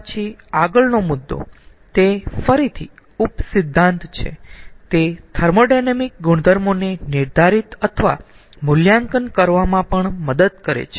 પછી આગળનો મુદ્દો તે ફરીથી ઉપસિદ્ધાંત છે તે થર્મોોડાયનેમિક ગુણધર્મોને નિર્ધારિત અથવા મૂલ્યાંકન કરવામાં પણ મદદ કરે છે